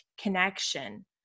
connection